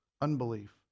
unbelief